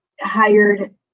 hired